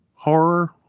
Horror